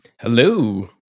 hello